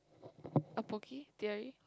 a Poke Theory